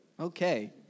okay